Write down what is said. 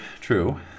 True